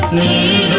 me